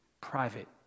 private